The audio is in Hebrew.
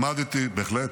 בהחלט.